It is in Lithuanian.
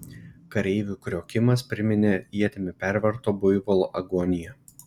kareivių kriokimas priminė ietimi perverto buivolo agoniją